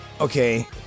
okay